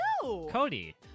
Cody